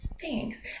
Thanks